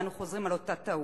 ואנו חוזרים על אותה טעות,